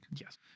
Yes